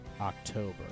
October